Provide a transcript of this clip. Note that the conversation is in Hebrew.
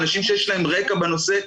אנשים שיש להם רקע בנושא.